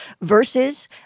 versus